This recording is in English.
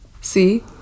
See